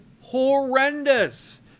horrendous